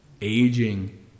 Aging